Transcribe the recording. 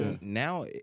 now